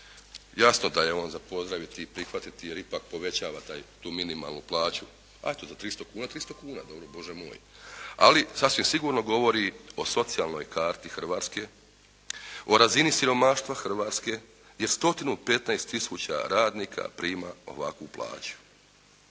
jasno da je on za pozdraviti i prihvatiti jer ipak povećava tu minimalnu plaću, a eto za 300 kuna, 300 kuna dobro Bože moj. Ali sasvim sigurno govori o socijalnoj karti Hrvatske, o razini siromaštva Hrvatske jer stotinu 15 tisuća radnika prima ovakvu plaću.